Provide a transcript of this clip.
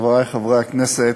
חברי חברי הכנסת,